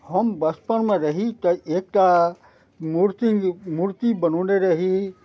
हम बचपनमे रही तऽ एकटा मूर्ति मूर्ति बनौने रही